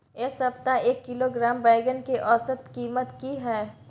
ऐ सप्ताह एक किलोग्राम बैंगन के औसत कीमत कि हय?